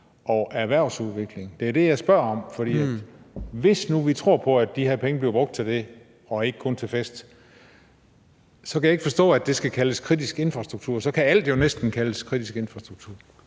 og erhvervsudvikling? Det er det, jeg spørger om. For hvis nu vi tror på, at de her penge bliver brugt til det og ikke kun til fest, så kan jeg ikke forstå, at det skal kaldes kritisk infrastruktur. Så kan alt jo næsten kaldes kritisk infrastruktur.